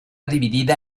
dividida